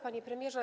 Panie Premierze!